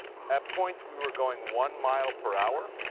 at points we were going one mile per hour.